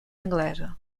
anglesa